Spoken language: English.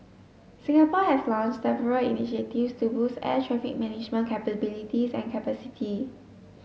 Singapore has launched several initiatives to boost air traffic management capabilities and capacity